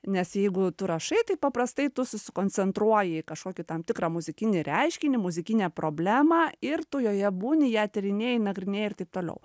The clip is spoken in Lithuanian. nes jeigu tu rašai tai paprastai tu susikoncentruoji į kažkokį tam tikrą muzikinį reiškinį muzikinę problemą ir tu joje būni ją tyrinėji nagrinėji ir taip toliau